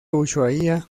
ushuaia